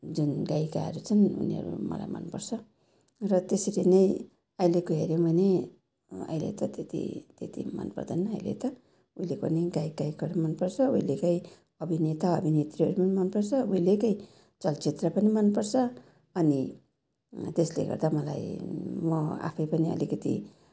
जुन गायिकाहरू छन् उनीहरू मलाई मनपर्छ र त्यसरी नै अहिलेको हेऱ्यौँ भने अहिले त त्यति त्यति मन पर्दैन अहिले त उहिलेको नै गायक गायिकाहरू मनपर्छ उहिलेकै अभिनेता अभिनेत्रीहरू पनि मनपर्छ उहिलेकै चलचित्र पनि मनपर्छ अनि त्यसले गर्दा मलाई म आफै पनि अलिकति